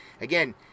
Again